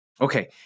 Okay